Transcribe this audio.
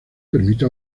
permite